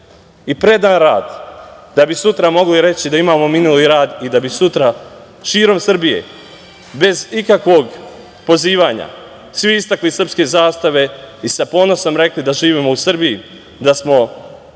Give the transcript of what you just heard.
i predan rad da bi sutra mogli reći da imamo minuli rad i da bi sutra širom Srbije, bez ikakvog pozivanja, svi istakli srpske zastave i sa ponosom rekli da živimo u Srbiji, da smo,